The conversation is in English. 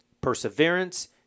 perseverance